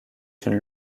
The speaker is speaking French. une